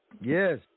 Yes